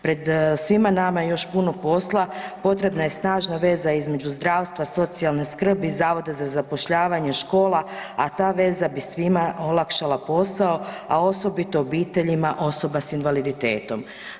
Pred svima nama još je puno posla, potrebna je snažna veza između zdravstva, socijalne skrbi, zavoda za zapošljavanje, škola, a ta veza bi svima olakšala posao, a osobito obiteljima osoba s invaliditetom.